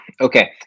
okay